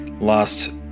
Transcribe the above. last